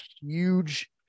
huge